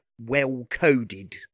well-coded